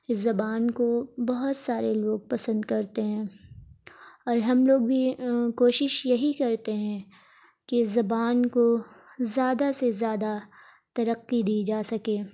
اس زبان کو بہت سارے لوگ پسند کرتے ہیں اور ہم لوگ بھی کوشش یہی کرتے ہیں کہ زبان کو زیادہ سے زیادہ ترقی دی جا سکے